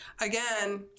Again